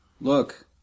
Look